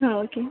ആ ഓക്കേ